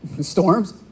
Storms